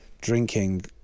drinking